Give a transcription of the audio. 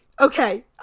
Okay